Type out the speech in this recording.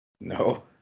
No